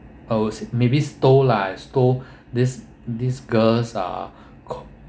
oh maybe stole lah stole this these girls uh co~